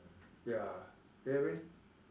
ya you get what I mean